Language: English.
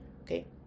Okay